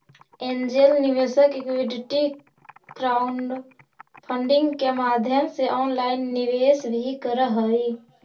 angel निवेशक equity crowdfunding के माध्यम से ऑनलाइन निवेश भी करऽ हइ